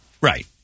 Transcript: Right